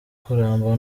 kuramba